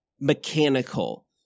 mechanical